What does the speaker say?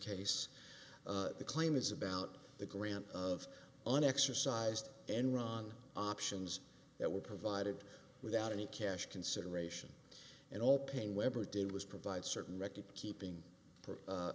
case the claim is about the grant of an exercised enron options that were provided without any cash consideration and all paine webber did was provide certain record keeping